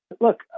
look